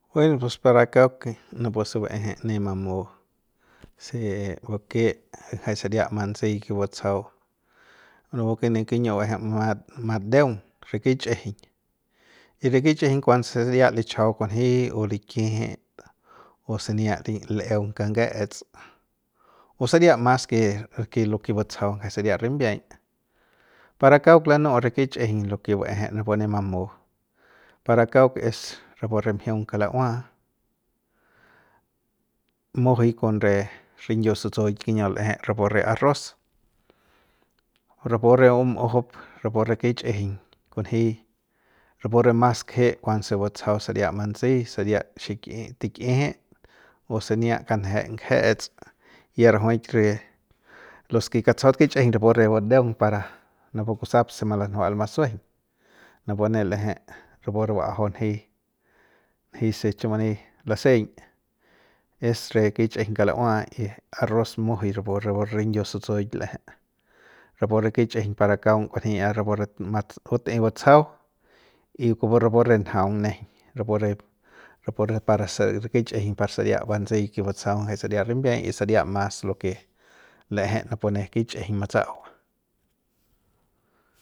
Buen pues para kauk napuse vaeje ne mamu se bake jay saria mantsi ke batsajau napu kiñiu'u kiñiu'u ma madeung re kich'ijiñ y re kich'ijiñ kuanse saria lichajau kunji o liki'ijit o sani leung kange'ets o saria mas ke re o lo ke batsajau jay saria rimbiay para kauk lanu'u re kichijiñ lo ke vaeje napu ne mamu para kauk es rapu re mjiugñ kalaua mujui kon re rinyiu sutsuik kiñiu l'ejei rapu re arroz ra pu re bum'ujup ra pu re kichꞌijiñ kunji rapu re mas kje'e kuanse batsajau saria mantsi saria xik'ijit tik'kijit o sania kanje'e ngejets ya rajuik re los ke katsajaut kichꞌijiñ rapu re badeung para napu kusap se malanjual masujueiñ napu nl'ejep rapure ba'ajau njiy njiy se chiu mani laseing es re kichꞌijiñ kalaua y arroz mujui rapu re rinyiu sutsuik lejei rapu re kichꞌijiñ para kaung kunjia rapu re matsu batꞌey batsajau y kupu rapu re njaung nejeiñ rapure rapure para se re kichꞌijiñ par saria bantsey ke batsajau jai saria rimbiay y saria mas lo ke lejep rapu ne kichꞌijiñ mats'au.